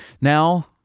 Now